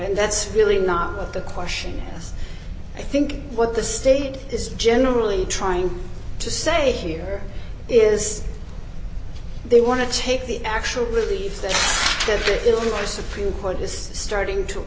and that's really not what the question i think what the state is generally trying to say here is they want to take the actual relief that the illinois supreme court just starting to